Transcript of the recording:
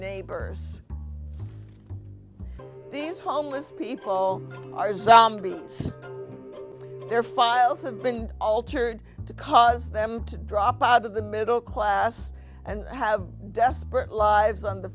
neighbors these homeless people are zombies and their files have been altered to cause them to drop out of the middle class and have desperate lives on the